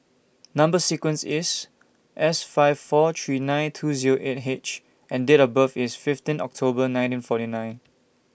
Number sequence IS S five four three nine two Zero eight H and Date of birth IS fifteen October nineteen forty nine